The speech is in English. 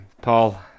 Paul